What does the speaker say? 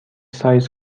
سایز